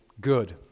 good